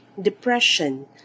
depression